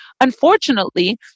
unfortunately